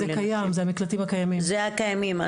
אלה המקלטים הקיימים.